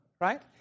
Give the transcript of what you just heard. right